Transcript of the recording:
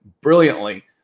brilliantly